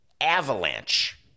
avalanche